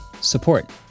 support